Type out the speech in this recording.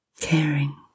caring